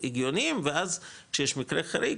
הגיוניים ואז כשיש מקרה חריג,